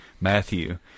Matthew